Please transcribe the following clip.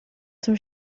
zum